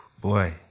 boy